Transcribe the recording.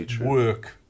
work